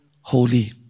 holy